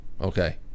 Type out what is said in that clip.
okay